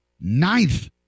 Ninth